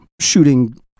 shooting